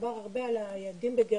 דובר הרבה על היהודים בגרמניה,